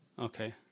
Okay